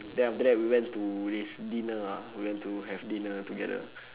then after that we went to this dinner ah we went to have dinner together